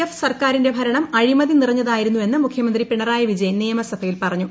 F സർക്കാരിന്റെ ഭരണം അഴിമതി നിറഞ്ഞതായിരുന്നു എന്ന് മുഖ്യമന്ത്രി പിണറായി വിജയൻ നിയമസഭയിൽ പറഞ്ഞു